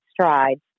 strides